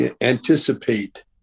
anticipate